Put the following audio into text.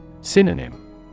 Synonym